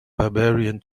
barbarian